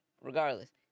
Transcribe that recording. regardless